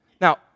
Now